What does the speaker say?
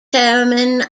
chairman